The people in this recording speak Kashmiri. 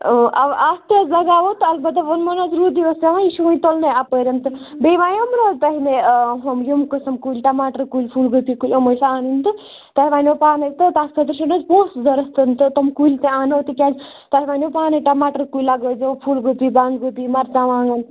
اَو اَتھ تہِ حظ لگاوَو تہٕ اَلبتہٕ ووٚنمو نہ حظ روٗدُے اوس پیٚوان یہِ چھُ وۅنۍ تُلنٕے اَپٲرۍ تہٕ بیٚیہِ ؤنیٛومَو نہ حظ تۄہہِ مےٚ ہُم یِم قٕسٕم کُلۍ ٹماٹَر کُلۍ پھوٗل گوٗپی کُلۍ یِمَے چھِ اَنٕنۍ تہٕ تۄہہِ وَنیٛو پانٕے تہٕ تَتھ خٲطرٕ چھُنہٕ حظ پونٛسہٕ ضرَوٗرت تہٕ تِم کُلی تہِ اَنو تہِ کیٛازِ تۄہہِ ووٚنوٕ پانٕے ٹَماٹَر کُلۍ لگٲے زیٚو پھُول گوٗپی بَنٛد گوٗپی مَرژَٕوانٛگَن